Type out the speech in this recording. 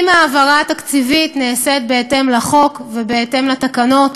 אם ההעברה התקציבית נעשית בהתאם לחוק ובהתאם לתקנות,